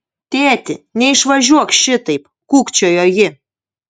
tėti neišvažiuok šitaip kūkčiojo ji